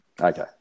Okay